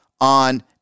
on